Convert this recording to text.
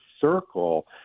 circle